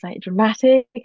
dramatic